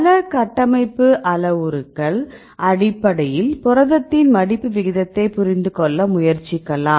பல கட்டமைப்பு அளவுருக்கள் அடிப்படையில் புரதத்தின் மடிப்பு விகிதத்தை புரிந்து கொள்ள முயற்சிக்கலாம்